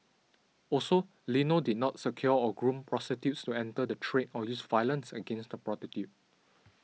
also Lino did not secure or groom prostitutes to enter the trade or use violence against the prostitutes